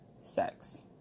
sex